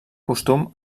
costum